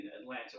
Atlanta